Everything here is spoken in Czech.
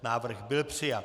Návrh byl přijat.